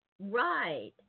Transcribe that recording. right